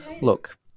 look